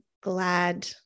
glad